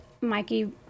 Mikey